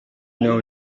know